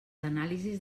anàlisis